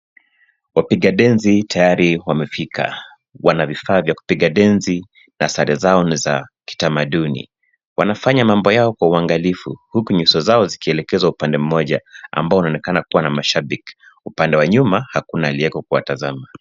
Wapiga denzi tayari wamefika. Wana vifaa vya kupiga denzi na sare zao ni za kitamaduni. Wanafanya mambo yao kwa uangalifu, huku nyuso zao zikielekezwa upande mmoja ambao unaonekana kuwa na mashabik. Upande wa nyuma, hakuna alieko kuwatazama.